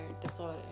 disorder